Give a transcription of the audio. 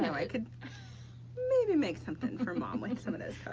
i could maybe make something for mom with some of this.